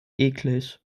eklig